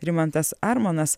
rimantas armonas